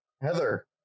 Heather